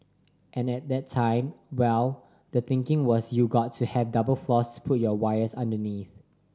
and at that time well the thinking was you got to have double floors to put your wires underneath